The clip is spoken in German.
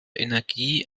energie